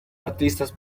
artistas